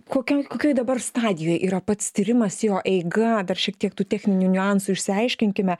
kokioj kokioj dabar stadijoj yra pats tyrimas jo eiga dar šiek tiek tų techninių niuansų išsiaiškinkime